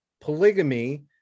polygamy